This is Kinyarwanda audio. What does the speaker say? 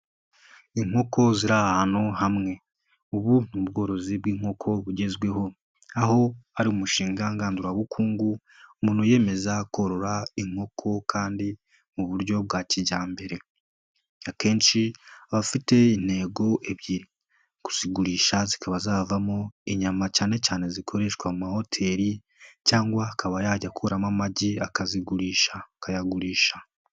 Inkoko ziri ahantu hamwe. Ubu ni ubworozi bw'inkoko bugezweho aho ari umushinga ngandurabukungu. Umuntu wiyemeza korora inkoko kandi mu buryo bwa kijyambere akenshi abafite intego ebyiri kuzigurisha zikaba zavamo inyama cyane cyane zikoreshwa mu mahoteli cyangwa akaba yajya akuramo amagi akazigurisha akayagurisha.